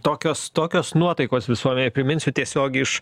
tokios tokios nuotaikos visuomenėj priminsiu tiesiogiai iš